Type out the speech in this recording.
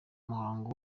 umuhango